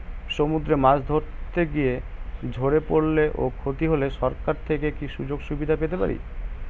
সমুদ্রে মাছ ধরতে গিয়ে ঝড়ে পরলে ও ক্ষতি হলে সরকার থেকে কি সুযোগ সুবিধা পেতে পারি?